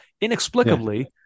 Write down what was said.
inexplicably